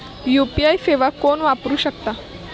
UPI सेवा कोण वापरू शकता?